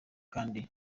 kandi